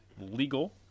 legal